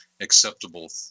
acceptable